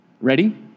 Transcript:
Ready